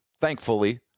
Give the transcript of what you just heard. thankfully